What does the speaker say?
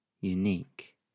unique